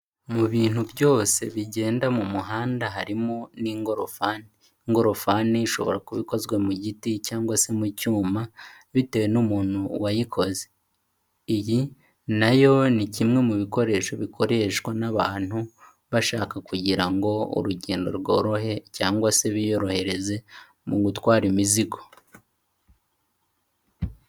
Mu bintu byose bigenda mu muhanda harimo n'ingorofani, ingorofani ishobora kuba ikozwe mu giti cyangwa se mu cyuma bitewe n'umuntu wayikoze, iyi na yo ni kimwe mu bikoresho bikoreshwa n'abantu, bashaka kugira ngo urugendo rworohe cyangwa se biyorohereze mu gutwara imizigo.